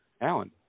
Alan